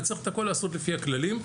וצריך את הכל לעשות לפי הכללים.